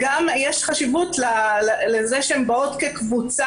לומדות את העבודה וגם יש חשיבות לזה שהן באות כקבוצה